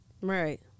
right